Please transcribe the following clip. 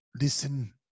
Listen